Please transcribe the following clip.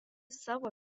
savo